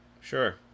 sure